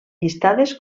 llistades